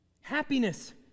happiness